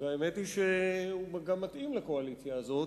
והאמת היא שהוא גם מתאים לקואליציה הזאת,